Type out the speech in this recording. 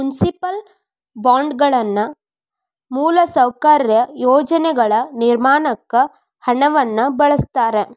municipal ಬಾಂಡ್ಗಳನ್ನ ಮೂಲಸೌಕರ್ಯ ಯೋಜನೆಗಳ ನಿರ್ಮಾಣಕ್ಕ ಹಣವನ್ನ ಬಳಸ್ತಾರ